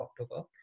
October